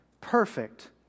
perfect